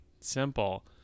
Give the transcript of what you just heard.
simple